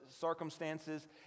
circumstances